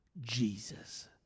Jesus